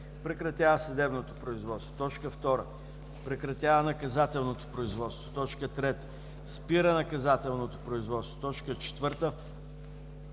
прекратява съдебното производство; 2. прекратява наказателното производство; 3. спира наказателното производство; 4.